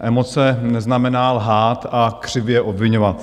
Emoce neznamená lhát a křivě obviňovat.